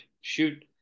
shoot